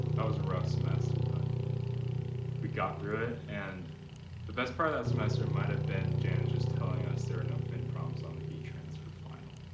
it was a rough semester but we got through it and the best part of that semester might have been janet just telling us there are no fin prompts on the heat transfer final.